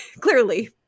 clearly